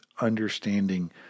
understanding